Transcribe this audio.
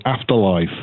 Afterlife